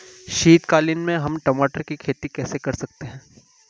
शीतकालीन में हम टमाटर की खेती कैसे कर सकते हैं?